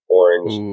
orange